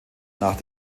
nach